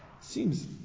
Seems